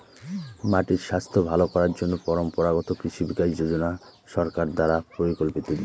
মাটির স্বাস্থ্য ভালো করার জন্য পরম্পরাগত কৃষি বিকাশ যোজনা সরকার দ্বারা পরিকল্পিত উদ্যোগ